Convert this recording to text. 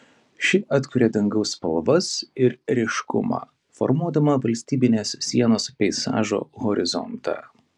ši atkuria dangaus spalvas ir ryškumą formuodama valstybinės sienos peizažo horizontą